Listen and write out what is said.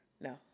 No